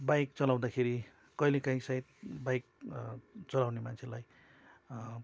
bike चलाउँदाखेरि कहिले काहीँ सायद बाइक चलाउने मान्छेलाई